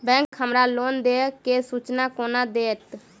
Bank हमरा loan देय केँ सूचना कोना देतय?